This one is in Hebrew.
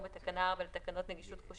אבל רוצים לחייב אותי להביא עוד